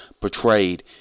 portrayed